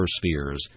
spheres